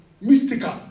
mystical